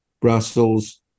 Brussels